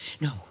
No